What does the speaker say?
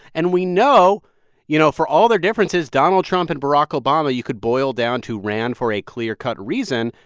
and we know you know, for all their differences, donald trump and barack obama, you could boil down to ran for a clear-cut reason.